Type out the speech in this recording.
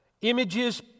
Images